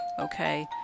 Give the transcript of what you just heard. Okay